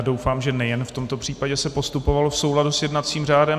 Doufám, že nejen v tomto případě se postupovalo v souladu s jednacím řádem.